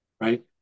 Right